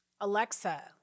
alexa